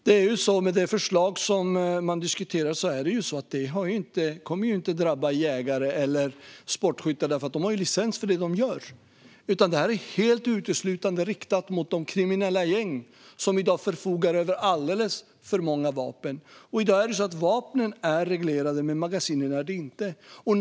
Det förslag som diskuteras kommer inte att drabba jägare eller sportskyttar, eftersom de har licens för det som de gör. Detta är uteslutande riktat mot de kriminella gäng som i dag förfogar över alldeles för många vapen. Det är så att vapnen är reglerade men inte magasinen.